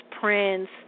Prince